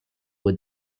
with